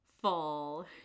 fall